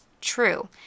True